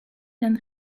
and